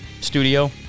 studio